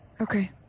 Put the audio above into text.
Okay